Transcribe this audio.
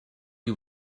you